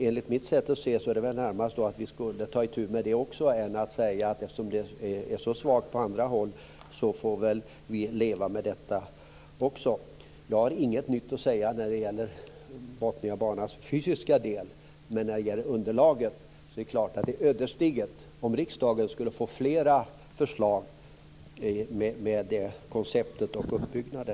Enligt mitt sätt att se borde det ligga närmare att åtgärda detta än att säga att vi får leva med det, eftersom det är så svagt också på andra håll. Jag har inget nytt att säga om Botniabanans fysiska sida men när det gäller underlaget menar jag att det skulle vara ödesdigert om riksdagen skulle få flera förslag med ett sådant koncept och en sådan uppbyggnad.